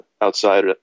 outside